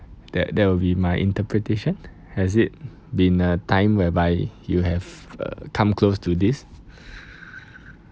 that that will be my interpretation has it been a time whereby you have uh come close to this